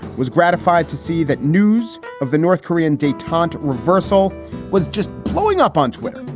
was gratified to see that news of the north korean detente reversal was just blowing up on twitter.